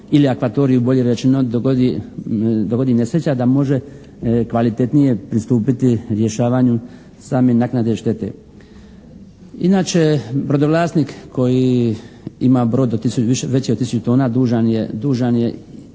ili akvatoriju bolje rečeno dogodi nesreća da može kvalitetnije pristupiti rješavanju same naknade štete. Inače, brodovlasnik koji ima brod veći od tisuću tona dužan je